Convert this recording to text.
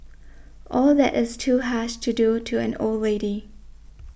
all that is too harsh to do to an old lady